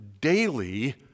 daily